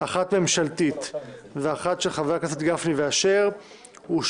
אחת ממשלתית ואחת של חברי הכנסת גפני ואשר נדונו